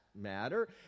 matter